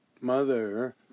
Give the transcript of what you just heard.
Mother